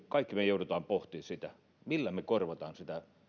kaikki me joudumme pohtimaan sitä millä me korvaamme sitä